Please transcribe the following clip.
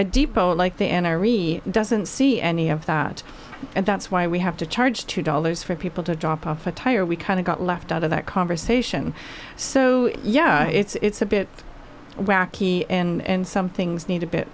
e depot like the n r e doesn't see any of that and that's why we have to charge two dollars for people to drop off a tire we kind of got left out of that conversation so yeah it's a bit wacky and some things need a bit